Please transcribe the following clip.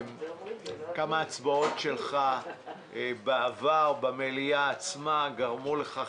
גם ההצבעות שלך בעבר במליאה עצמה גרמו לכך